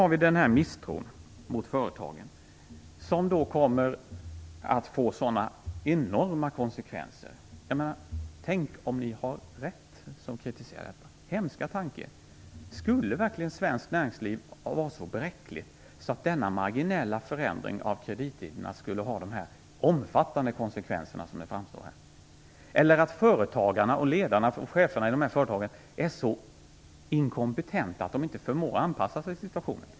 Det finns en misstro mot företagen, en tro att detta skall få enorma konsekvenser. Tänk om ni som kritiserar förändringen har rätt? Hemska tanke! Skulle verkligen svenskt näringsliv vara så bräckligt att denna marginella förändring av kredittiderna får dessa omfattande konsekvenser som det här framstår? Är företagsledarna och cheferna i dessa företag så inkompetenta att de inte förmår att anpassa sig till situationen?